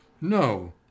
No